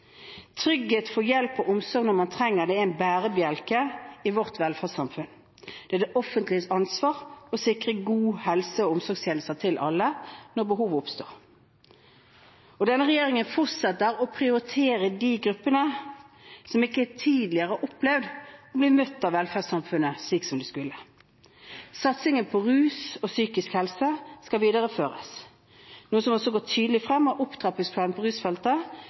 Trygghet for hjelp og omsorg når man trenger det, er en bærebjelke i vårt velferdssamfunn. Det er det offentliges ansvar å sikre gode helse- og omsorgstjenester til alle når behovet oppstår. Denne regjeringen fortsetter å prioritere de gruppene som ikke tidligere har opplevd å bli møtt av velferdssamfunnet slik som de skulle ha blitt. Satsingen innenfor rus og psykisk helse skal videreføres, noe som også går tydelig frem av opptrappingsplanen på rusfeltet